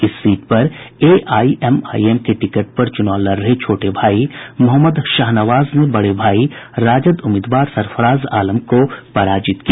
इस सीट पर एआईएमआईएम के टिकट पर चुनाव लड़ रहे छोटे भाई मोहम्मद शाहनवाज ने बड़े भाई राजद उम्मीदवार सरफराज आलम को पराजित किया